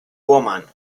woman